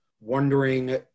wondering